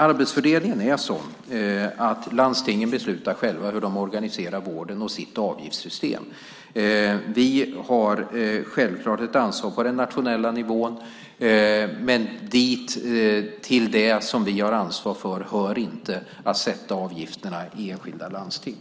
Arbetsfördelningen är sådan att landstingen beslutar själva hur de organiserar vården och om sitt avgiftssystem. Vi har självklart ett ansvar på den nationella nivån, men till det som vi har ansvar för hör inte att sätta avgifterna i enskilda landsting.